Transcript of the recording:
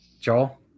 Joel